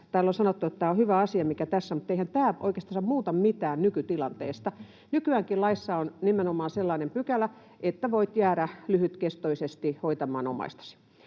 Täällä on sanottu, että tämä on hyvä asia, mikä tässä on, mutta eihän tämä oikeastansa muuta mitään nykytilanteesta. Nykyäänkin laissa on nimenomaan sellainen pykälä, että voit jäädä lyhytkestoisesti hoitamaan omaistasi.